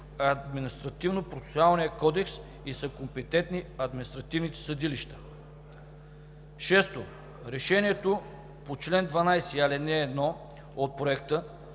Административнопроцесуалният кодекс и са компетентни административните съдилища. 6. Решението по чл. 12, ал. 1 от Проекта,